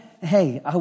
hey